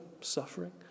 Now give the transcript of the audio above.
suffering